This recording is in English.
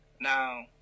Now